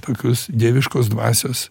tokius dieviškos dvasios